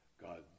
God